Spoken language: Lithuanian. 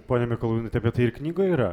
ponia mikalajūnaite bet tai ir knygoj yra